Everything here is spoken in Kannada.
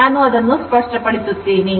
ನಾನು ಅದನ್ನು ಸ್ಪಷ್ಟಗೊಳಿಸುತ್ತೇನೆ